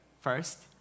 first